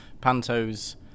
Pantos